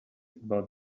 about